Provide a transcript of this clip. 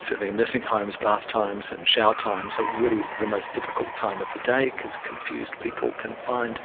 certainly a nursing home's bath times and shower times are really the most difficult time of the day because confused people can find